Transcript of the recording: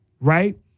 right